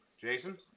Jason